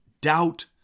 doubt